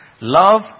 Love